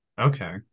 okay